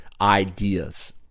ideas